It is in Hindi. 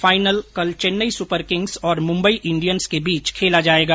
फाइनल कल चैन्नई सुपरकिंग्स और मुम्बई इंडियंस के बीच खेला जायेगा